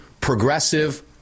progressive